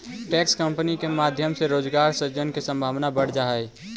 tax competition के माध्यम से रोजगार सृजन के संभावना बढ़ जा हई